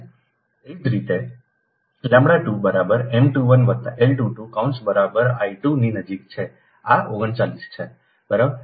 આ જ રીતેλ2 બરાબર M 21 વત્તા L 22 કૌંસ બરાબર I 2 ની નજીક છે આ 39 છે બરાબર